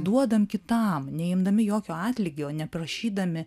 duodam kitam neimdami jokio atlygio neprašydami